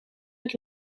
het